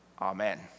Amen